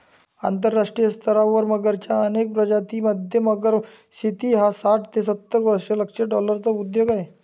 आंतरराष्ट्रीय स्तरावर मगरच्या अनेक प्रजातीं मध्ये, मगर शेती हा साठ ते सत्तर दशलक्ष डॉलर्सचा उद्योग आहे